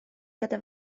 gyda